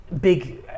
big